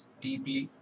deeply